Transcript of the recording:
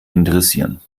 interessieren